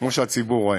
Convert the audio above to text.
כמו שהציבור רואה.